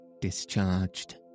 discharged